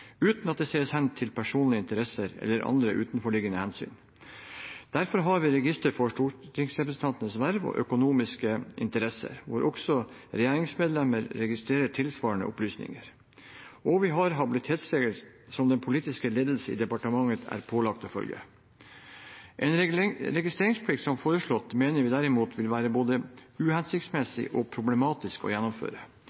uten at det ses hen til personlige interesser eller andre utenforliggende hensyn. Derfor har vi et register for stortingsrepresentantenes verv og økonomiske interesser, hvor også regjeringsmedlemmer registrerer tilsvarende opplysninger, og vi har habilitetsregler som den politiske ledelsen i departementene er pålagt å følge. En registreringsplikt som foreslått mener vi derimot vil være både uhensiktsmessig og problematisk å gjennomføre.